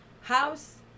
house